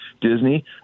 Disney